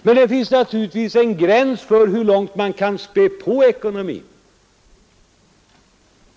Men det finns naturligtvis en gräns för hur långt man kan späda på ekonomin.